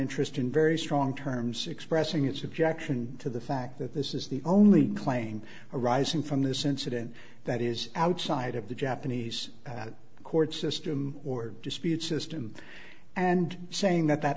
interest in very strong terms expressing its objection to the fact that this is the only claim arising from this incident that is outside of the japanese court system or dispute system and saying that that